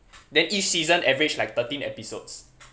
then each season average like thirteen episodes